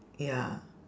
ya